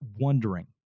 wondering